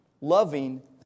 loving